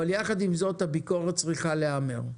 יחד עם זאת, הביקורת צריכה להיאמר: